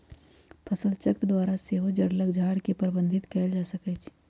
फसलचक्र द्वारा सेहो जङगल झार के प्रबंधित कएल जा सकै छइ